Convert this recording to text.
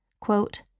Quote